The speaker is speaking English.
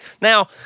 Now